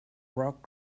rock